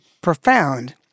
profound